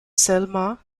selma